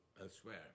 elsewhere